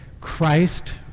Christ